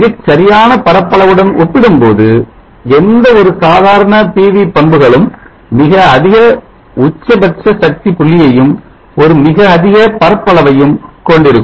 மிகச்சரியான பரப்பளவுடன் ஒப்பிடும்போது எந்த ஒரு சாதாரண PV பண்புகளும் மிக அதிக உச்சபட்ச சக்தி புள்ளியையும் ஒரு மிக அதிக பரப்பளவையும் கொண்டிருக்கும்